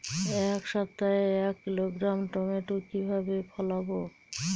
এক সপ্তাহে এক কিলোগ্রাম টমেটো কিভাবে ফলাবো?